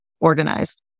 organized